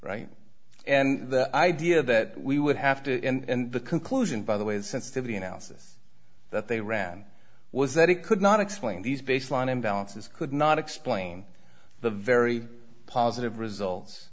right and the idea that we would have to end the conclusion by the way the sensitivity analysis that they ran was that it could not explain these baseline imbalances could not explain the very positive results